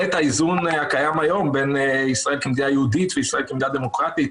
את האיזון שקיים היום בין ישראל כמדינה יהודית לישראל כמדינה דמוקרטית.